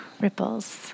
ripples